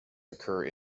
occur